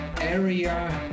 area